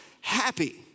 happy